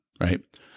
right